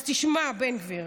אז תשמע, בן גביר,